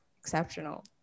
exceptional